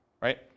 right